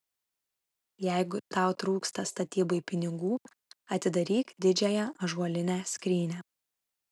jeigu tau trūksta statybai pinigų atidaryk didžiąją ąžuolinę skrynią